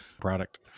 product